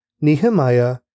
Nehemiah